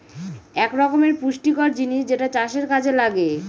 এক রকমের পুষ্টিকর জিনিস যেটা চাষের কাযে লাগে